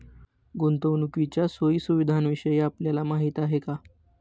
गुंतवणुकीच्या सोयी सुविधांविषयी आपल्याला माहिती आहे का?